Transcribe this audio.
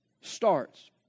starts